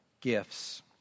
gifts